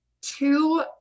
Two